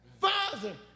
Father